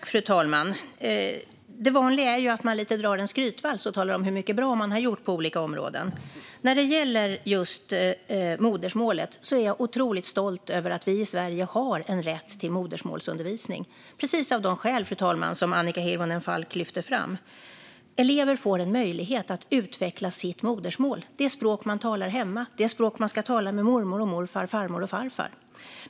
Fru talman! Det vanliga är att man lite drar en skrytvals och talar om hur mycket bra man har gjort på olika områden. När det gäller just modersmålet är jag otroligt stolt över att vi i Sverige har en rätt till modersmålsundervisning. Det är precis av de skäl, fru talman, som Annika Hirvonen Falk lyfter fram. Elever får en möjlighet att utveckla sitt modersmål, det språk man talar hemma, det språk som man ska tala med mormor och morfar, farmor och farfar.